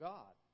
God